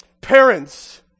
Parents